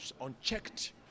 unchecked